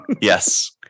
Yes